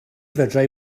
fedrai